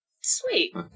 Sweet